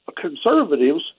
conservatives